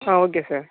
ah okay sir